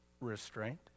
restraint